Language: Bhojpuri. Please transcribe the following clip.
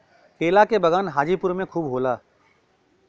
केला के बगान हाजीपुर में खूब होला